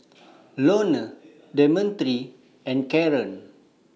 Lorne Demetri and Karon